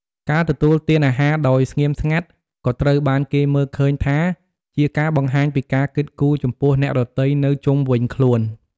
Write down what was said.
ការទទួលទានអាហារដោយស្ងៀមស្ងាត់ក៏ត្រូវបានគេមើលឃើញថាជាការបង្ហាញពីការគិតគូរចំពោះអ្នកដទៃនៅជុំវិញខ្លួន។